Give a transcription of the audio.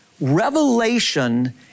Revelation